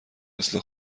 مثل